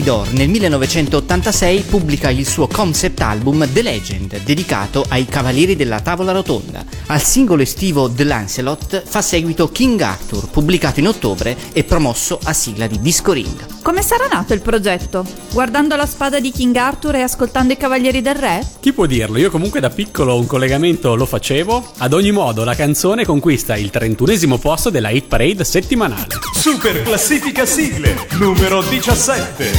Dore, nel 1986, pubblica il suo concept album, The Legend, dedicato ai Cavalieri della Tavola Rotonda. Al singolo estivo, The Lancelot, fa seguito King Arthur, pubblicato in ottobre e promosso a sigla di Discoring. Come sarà nato il progetto? Guardando la spada di King Arthur e ascoltando i Cavalieri del Re? Chi può dirlo? Io comunque da piccolo un collegamento lo facevo. Ad ogni modo, la canzone conquista il 31esimo posto della Hit Parade settimanale. Superclassifica sigle, numero 17.